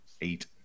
eight